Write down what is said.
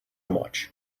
much